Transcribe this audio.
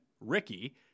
Ricky